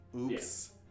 oops